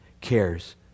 cares